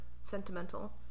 sentimental